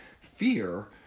fear